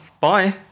Bye